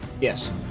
yes